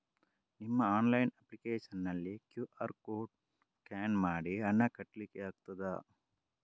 ನಿಮ್ಮ online application ನಲ್ಲಿ QR code scan ಮಾಡಿ ಹಣ ಕಟ್ಲಿಕೆ ಆಗ್ತದ?